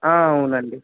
అవునండి